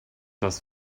das